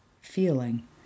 feeling